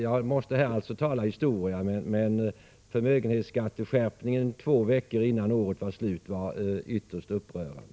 Jag måste alltså här tala historia, men förmögenhetsskatteskärpningen två veckor innan året var slut var ytterst upprörande.